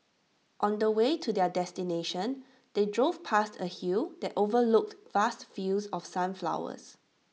on the way to their destination they drove past A hill that overlooked vast fields of sunflowers